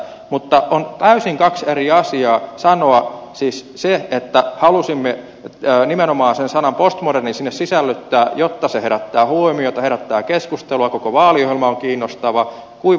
mutta on kaksi täysin eri asiaa sanoa että halusimme nimenomaan sen sanan postmoderni sinne sisällyttää jotta se herättää huomiota herättää keskustelua koko vaaliohjelma on kiinnostava kuin väittää että se olisi tsoukki